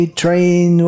train